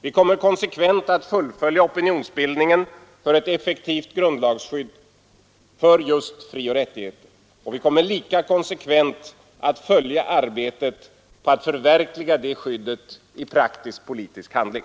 Vi kommer konsekvent att fullfölja opinionsbildningen för ett effektivt grundlagsskydd för just frioch rättigheterna, och vi kommer lika konsekvent att följa arbetet på att förverkliga det skyddet i praktisk politisk handling.